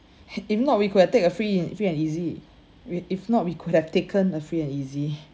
if not we could've take a free and free and easy we if not we could have taken a free and easy